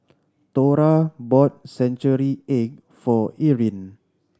Thora bought century egg for Eryn